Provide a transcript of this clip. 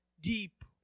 deep